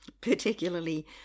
Particularly